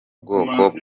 bwoko